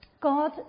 God